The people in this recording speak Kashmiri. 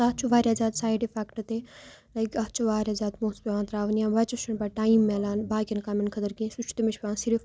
تَتھ چھُ واریاہ زیادٕ سایڈ اِفیکٹ تہِ لایک اتھ چھُ واریاہ زیادٕ پونٛسہٕ پیوان ترٛاوٕنۍ یا بچن چھُنہٕ پتہٕ ٹایِم ملان باقین کامٮ۪ن خٲطرٕ کینٛہہ سُہ تٔمِس چُھ پٮ۪وان صِرف